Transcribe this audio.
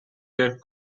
their